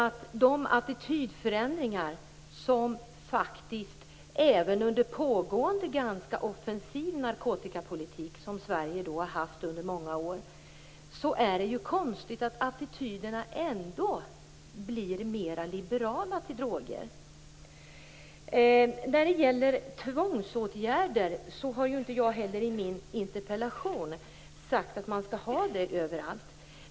Trots en pågående ganska offensiv narkotikapolitik som Sverige haft under många år, är det konstigt att attityderna ändå har blivit mer liberala till droger. Jag har inte i min interpellation skrivit att det skall finnas tvångsåtgärder överallt.